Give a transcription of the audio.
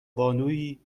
بانویی